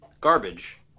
Garbage